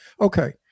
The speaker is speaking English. Okay